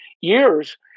years